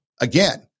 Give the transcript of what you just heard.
again